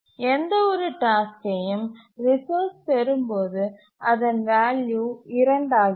எந்த ஒரு டாஸ்க்யையும் ரிசோர்ஸ் பெறும்போது அதன் வேல்யூ 2 ஆகிறது